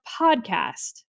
podcast